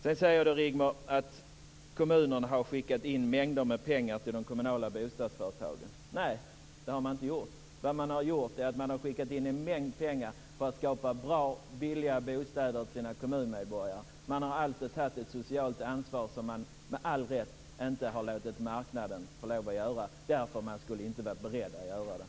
Sedan säger Rigmor Ahlstedt att kommunerna har skickat in mängder med pengar till de kommunala bostadsföretagen. Nej, det har man inte gjort. Det man har gjort är att man har skickat in en mängd pengar för att skapa bra och billiga bostäder åt sina kommunmedborgare. Man har alltså tagit ett socialt ansvar och med all rätt inte låtit marknaden göra det, därför att den skulle inte vara beredd att göra det.